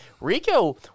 Rico